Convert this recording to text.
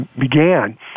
began